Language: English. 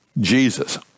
jesus